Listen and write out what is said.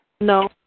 No